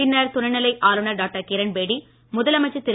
பின்னர் துணைநிலை ஆளுநர் டாக்டர் கிரண்பேடி முதலமைச்சர் திரு